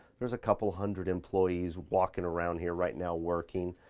there's a couple hundred employees walkin' around here right now working.